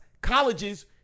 colleges